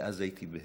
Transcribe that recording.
ואז, הייתי בהלם,